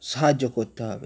সাহায্য করতে হবে